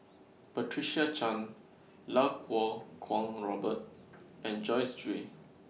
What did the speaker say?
Patricia Chan Lau Kuo Kwong Robert and Joyce Jue